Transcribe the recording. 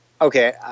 okay